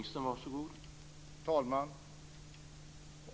Herr talman!